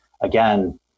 again